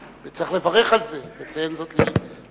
וצריך לברך על זה, לציין זאת לשבח.